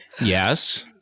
Yes